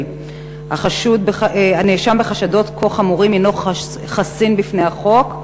1. האם שופט בישראל הנחשד בחשדות כה חמורים הנו חסין בפני החוק?